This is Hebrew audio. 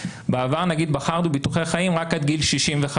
בעבר מכרנו ביטוחי חיים למשל רק עד גיל 65,